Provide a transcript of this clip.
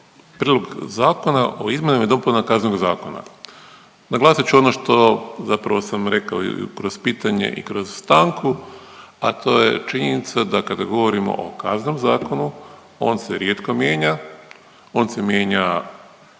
Prijedlog Zakona o izmjenama i dopunama Kaznenog zakona. Naglasit ću ono što zapravo sam rekao i kroz pitanje i kroz stanku, a to je činjenica da kada govorimo o Kaznenom zakonu on se rijetko mijenja, on se mijenja